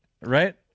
Right